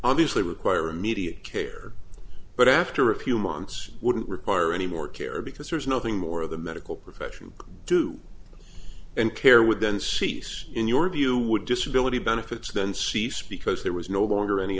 obviously require immediate care but after a few months wouldn't require any more care because there's nothing more of the medical profession do and care would then cease in your view would disability benefits then cease because there was no longer any